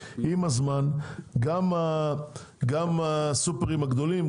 עם הזמן גם הסופרים הגדולים,